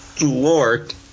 Lord